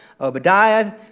Obadiah